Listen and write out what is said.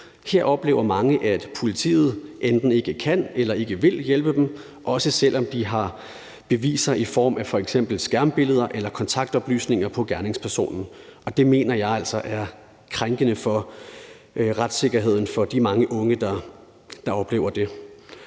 Her oplever mange, at politiet enten ikke kan eller ikke vil hjælpe dem, også selv om de har beviser i form af f.eks. skærmbilleder eller kontaktoplysninger på gerningspersonen. Og det mener jeg altså er krænkende for retssikkerheden for de mange unge, der oplever det.